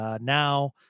now